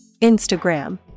Instagram